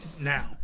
now